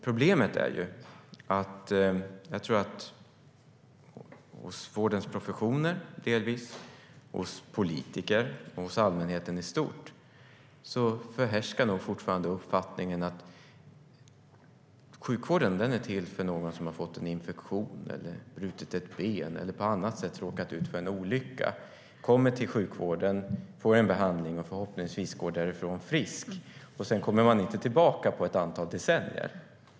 Problemet är att det hos vårdens professioner, hos politiker och hos allmänheten i stort nog fortfarande är den härskande uppfattningen att sjukvården är till för någon som har fått en infektion, brutit ett ben eller på annat sätt råkat ut för en olycka, kommer till sjukvården, får en behandling och förhoppningsvis går därifrån frisk och sedan inte kommer tillbaka på ett antal decennier.